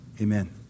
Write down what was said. Amen